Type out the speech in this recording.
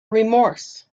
remorse